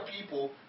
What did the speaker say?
people